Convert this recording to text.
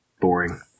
boring